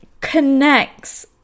connects